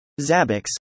Zabbix